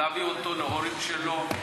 להביא אותו להורים שלו.